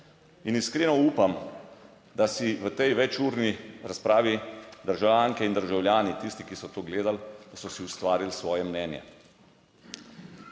In iskreno upam, da si v tej večurni razpravi, državljanke in državljani tisti, ki so to gledali, da so si ustvarili svoje mnenje.